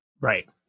Right